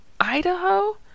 Idaho